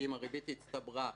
כי אם הריבית הצטברה,